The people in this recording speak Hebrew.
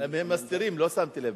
הם מסתירים, לא שמתי לב.